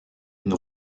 une